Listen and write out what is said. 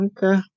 Okay